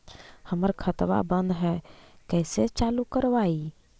हमर खतवा बंद है कैसे चालु करवाई?